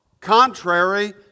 Contrary